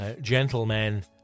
gentlemen